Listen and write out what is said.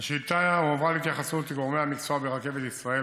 השאילתה הועברה להתייחסות גורמי המקצוע ברכבת ישראל,